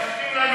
איזה כלים יש?